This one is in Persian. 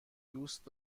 دوست